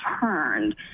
turned